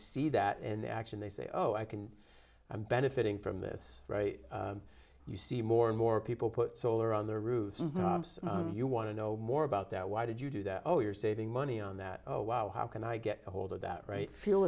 see that in action they say oh i can i'm benefiting from this you see more and more people put solar on their roofs you want to know more about that why did you do that oh you're saving money on that wow how can i get a hold of that right fuel